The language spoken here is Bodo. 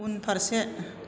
उनफारसे